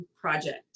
project